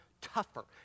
tougher